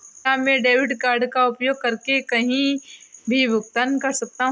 क्या मैं debit card का उपयोग करके कहीं भी भुगतान कर सकता हूं?